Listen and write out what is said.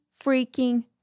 freaking